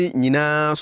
nina